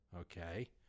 okay